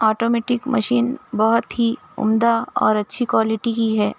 auto میٹک machine بہت ہی عُمدہ اور اچّھی کوائلٹی ہی ہے